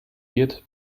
wird